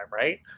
right